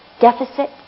deficit